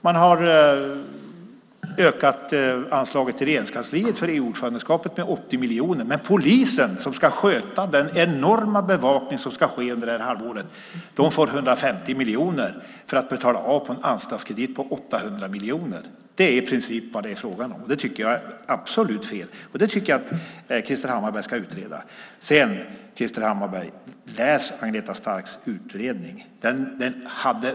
Man har ökat anslaget till Regeringskansliet för EU-ordförandeskapet med 80 miljoner, men polisen, som ska sköta den enorma bevakning som ska ske under det här halvåret, får 150 miljoner för att betala av på en anslagskredit på 800 miljoner. Det är i princip vad det är fråga om. Det tycker jag är absolut fel, och det tycker jag att Krister Hammarbergh ska utreda. Läs Agneta Starks utredning, Krister Hammarbergh!